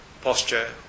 posture